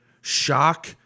shock